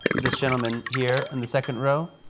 this gentleman here in the second row.